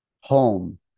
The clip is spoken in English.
home